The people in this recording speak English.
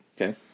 Okay